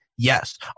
yes